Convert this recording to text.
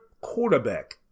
quarterback